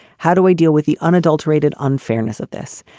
how do i deal with the unadulterated unfairness of this?